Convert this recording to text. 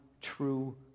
true